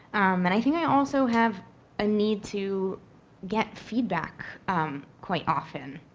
and i think i also have a need to get feedback quite often,